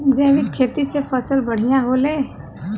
जैविक खेती से फसल बढ़िया होले